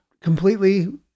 completely